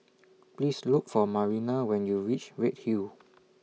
Please Look For Marina when YOU REACH Redhill